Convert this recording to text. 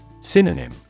Synonym